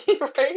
right